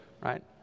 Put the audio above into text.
Right